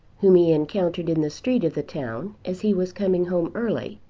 whom he encountered in the street of the town as he was coming home early,